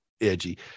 edgy